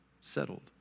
Settled